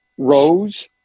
rose